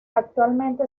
actualmente